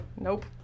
Nope